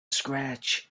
scratch